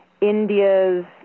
India's